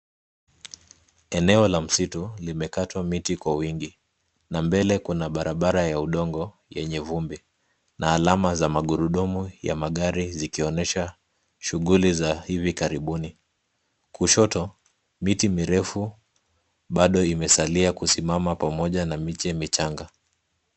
Eneo la msitu limekatwa miti kwa wingi na mbele kuna barabara ya udongo yenye vumbi na alama za magurudumu ya magari zikionyesha shughuli za hivi karibuni. Kushoto miti mirefu bado imesalia kusimama pamoja na miche michanga.